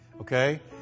Okay